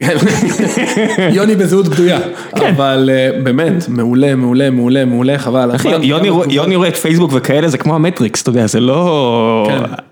יוני בזהות בדויה אבל באמת מעולה מעולה מעולה מעולה חבל יוני יוני רואה את פייסבוק וכאלה זה כמו המטריקס זה לא.